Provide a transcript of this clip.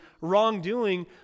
wrongdoing